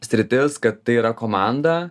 sritis kad tai yra komanda